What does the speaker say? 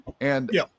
And-